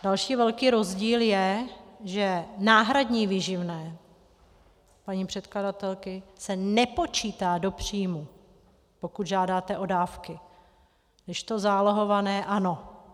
Další velký rozdíl je, že náhradní výživné paní předkladatelky se nepočítá do příjmu, pokud žádáte o dávky, kdežto zálohované ano.